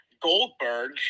goldberg